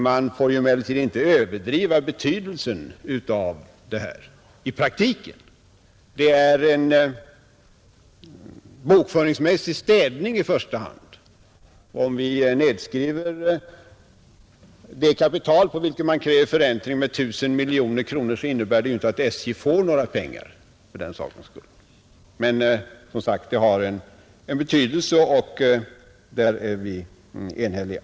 Man får emellertid inte överdriva betydelsen av denna åtgärd i praktiken. Det är en bokföringsmässig städning i första hand. Om vi nedskriver det kapital på vilket man kräver förräntning med 1 000 miljoner kronor innebär inte det att SJ får några pengar, men det har som sagt en viss betydelse, och på den punkten är vi Nr 85 enhälliga.